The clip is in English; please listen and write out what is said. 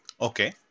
okay